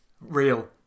Real